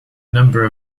number